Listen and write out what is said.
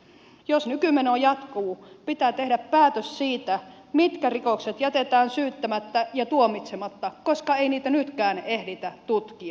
jos nykymeno jatkuu pitää tehdä päätös siitä mitkä rikokset jätetään syyttämättä ja tuomitsematta koska ei niitä nytkään ehditä tutkia